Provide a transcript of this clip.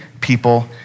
people